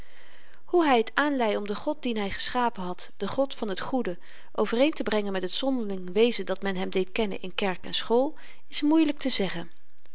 hoe hy t aanleî om den god dien hy geschapen had den god van t goede overeen te brengen met het zonderling wezen dat men hem deed kennen in kerk en school is moeielyk te zeggen